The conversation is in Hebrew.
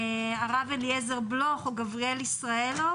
הרב אליעזר בלוך או גבריאל ישראלוב